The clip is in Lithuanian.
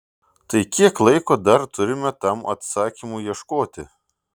tai kiek laiko dar turime tam atsakymui ieškoti